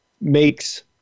makes